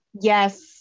Yes